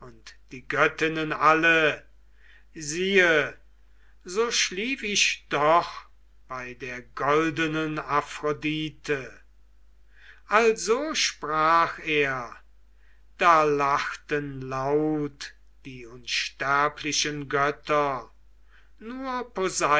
die göttinnen alle siehe so schlief ich doch bei der goldenen aphrodite also sprach er da lachten laut die unsterblichen götter nur